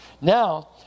Now